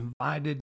invited